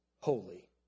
holy